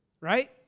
right